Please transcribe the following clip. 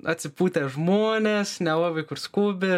atsipūtę žmonės nelabai kur skubi